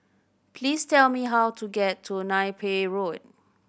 please tell me how to get to Napier Road